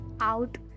out